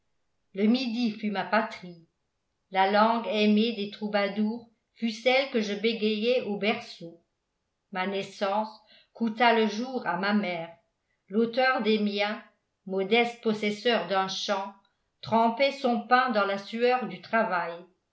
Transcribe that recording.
le midi fut ma patrie la langue aimée des troubadours fut celle que je bégayai au berceau ma naissance coûta le jour à ma mère l'auteur des miens modeste possesseur d'un champ trempait son pain dans la sueur du travail